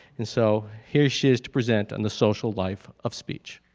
and so here she is to present on the social life of speech.